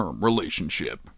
relationship